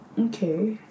Okay